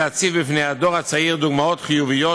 להציב בפני הדור הצעיר דוגמאות חיוביות